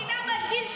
שנייה, רגע, פרה-פרה.